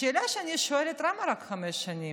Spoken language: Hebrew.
השאלה שאני שואלת היא למה רק חמש שנים?